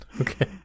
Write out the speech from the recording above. Okay